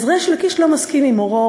ריש לקיש לא מסכים עם מורו,